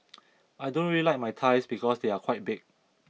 I don't really like my thighs because they are quite big